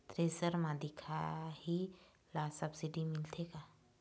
Thresher म दिखाही ला सब्सिडी मिलथे का?